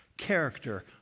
Character